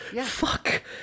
Fuck